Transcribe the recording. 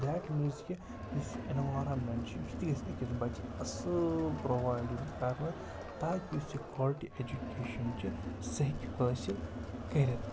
that means کہِ یُس یہِ اٮ۪نوارامٮ۪نٛٹ چھِ یُتھٕے أسۍ أکِس بَچَس اَصۭل پرٛووایِڈ یُن کَرنہٕ تاکہِ یُس یہِ کالٹی اٮ۪جُکیشَن چھِ سُہ ہیٚکہِ حٲصِل کٔرِتھ